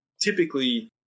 typically